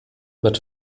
mit